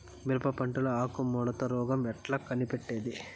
మిరప పంటలో ఆకు ముడత రోగం ఎట్లా కనిపెట్టేది?